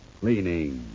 cleaning